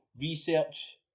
research